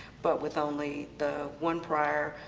but with only the one prior,